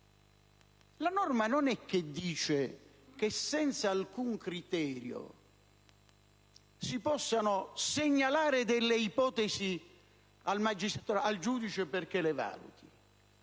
La norma non dice che senza alcun criterio si possono segnalare ipotesi al giudice perché le valuti.